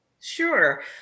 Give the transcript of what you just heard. Sure